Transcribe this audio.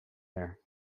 there